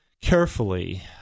carefully